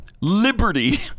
Liberty